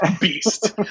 beast